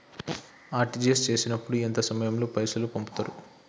RTGS చేసినప్పుడు ఎంత సమయం లో పైసలు పంపుతరు?